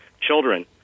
children